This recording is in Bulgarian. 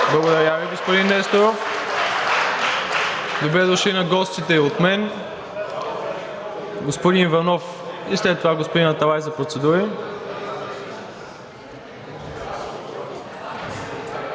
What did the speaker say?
Благодаря Ви, господин Несторов. Добре дошли на гостите и от мен! Господин Иванов и след това господин Аталай – за процедури.